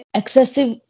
excessive